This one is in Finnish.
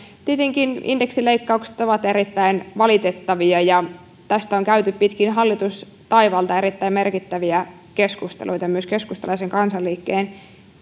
tietenkin indeksileikkaukset ovat erittäin valitettavia ja tästä on käyty pitkin hallitustaivalta erittäin merkittäviä keskusteluita ja myös keskusteluja sen kansanliikkeen